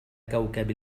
كوكب